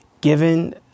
given